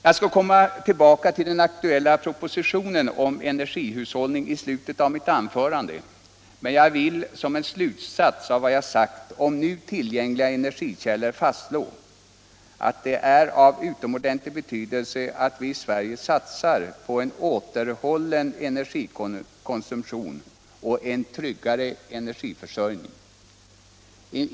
Jag skall komma tillbaka till den aktuella propositionen om energihushållning i slutet av mitt anförande, men jag vill som en slutsats av vad jag sagt om nu tillgängliga energikällor fastslå att det är av utomordentlig betydelse att vi i Sverige satsar på en återhållen energikonsumtion och en tryggare energiförsörjning.